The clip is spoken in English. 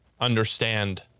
understand